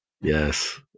Yes